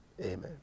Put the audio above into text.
Amen